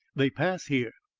they pass here.